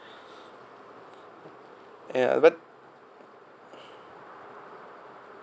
ya but